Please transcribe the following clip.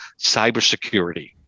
cybersecurity